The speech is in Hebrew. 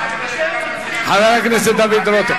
חבר הכנסת דוד רותם.